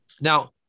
Now